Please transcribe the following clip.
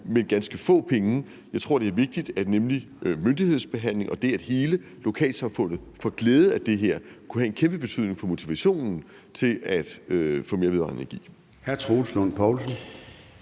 var ganske få penge. Jeg tror, det er vigtigt i forhold til netop myndighedsbehandling, og det, at hele lokalsamfundet får glæde af det her, kunne have en kæmpe betydning for motivationen til at få mere vedvarende energi.